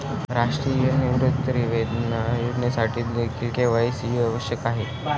राष्ट्रीय निवृत्तीवेतन योजनेसाठीदेखील के.वाय.सी आवश्यक आहे